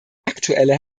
aktuelle